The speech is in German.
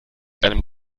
einem